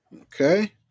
Okay